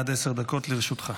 עד עשר דקות לרשותך.